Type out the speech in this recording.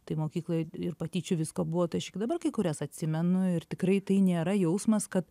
tai mokykloj ir patyčių visko buvo tai aš iki dabar kai kurias atsimenu ir tikrai tai nėra jausmas kad